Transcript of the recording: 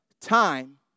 time